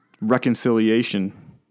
reconciliation